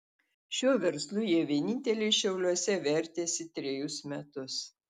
šiuo verslu jie vieninteliai šiauliuose vertėsi trejus metus